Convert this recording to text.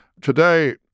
Today